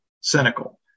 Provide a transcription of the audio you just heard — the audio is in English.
cynical